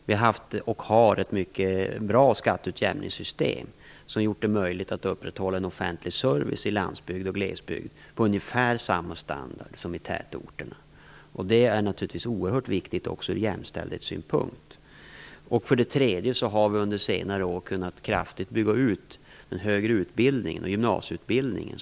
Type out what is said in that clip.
Vi har haft och har ett mycket bra skatteutjämningssystem, som har gjort det möjligt att upprätthålla en offentlig service i landsbygd och glesbygd på ungefär samma standard som i tätorterna. Det är naturligtvis oerhört viktigt ur jämställdhetssynpunkt. Vi har också under senare år kunnat kraftigt bygga ut den högre utbildningen och gymnasieutbildningen.